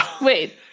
Wait